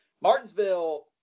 Martinsville